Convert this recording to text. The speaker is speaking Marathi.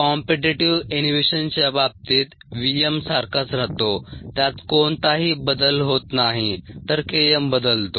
कॉम्पीटीटीव्ह इनहिबिशनच्या बाबतीत V m सारखाच राहतो त्यात कोणताही बदल होत नाही तर K m बदलतो